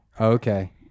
Okay